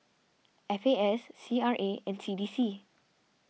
F A S C R A and C D C